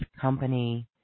company